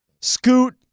Scoot